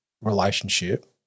relationship